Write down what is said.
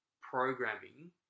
programming